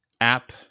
app